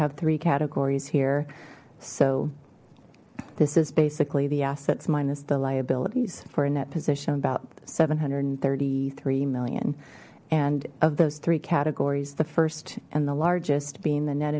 have three categories here so this is basically the assets minus the liabilities for a net position about seven hundred and thirty three million and of those three categories the first and the largest being the net